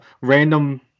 random